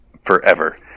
forever